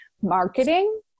marketing